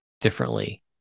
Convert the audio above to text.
differently